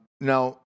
Now